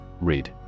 Read